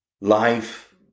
life